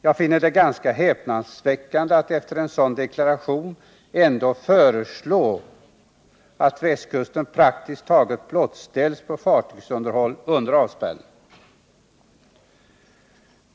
Det är ganska häpnadsväckande att efter en sådan deklaration ändå föreslå att västkusten praktiskt taget blottställs på fartygsunderhåll under avspärrning.